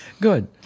Good